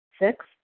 Six